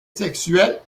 sexuelle